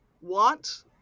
want